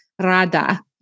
Rada